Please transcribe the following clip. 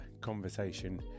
conversation